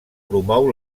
promou